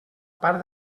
part